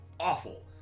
awful